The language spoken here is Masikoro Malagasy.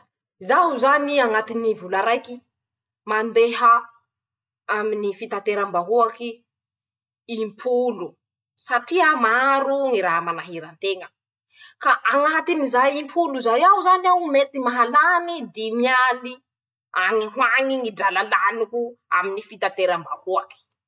Zaho zany añatiny vola raiky, mandeha aminy fitateram-bahoaky im-polo, satria maro ñy raha manahira an-teña, ka añatin'izay im-polo zay ao zany aho mety mahalany dimy aly añy ho añy ñy drala laniko aminy fitateram-bahoaky.